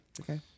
okay